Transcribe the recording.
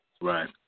Right